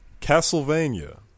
Castlevania